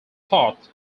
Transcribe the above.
thought